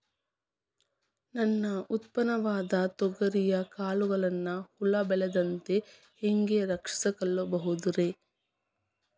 ನನ್ನ ಉತ್ಪನ್ನವಾದ ತೊಗರಿಯ ಕಾಳುಗಳನ್ನ ಹುಳ ಬೇಳದಂತೆ ಹ್ಯಾಂಗ ರಕ್ಷಿಸಿಕೊಳ್ಳಬಹುದರೇ?